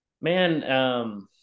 Man